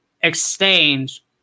exchange